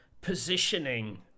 positioning